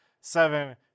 seven